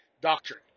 doctrine